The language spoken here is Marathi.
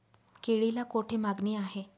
केळीला कोठे मागणी आहे?